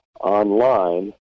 online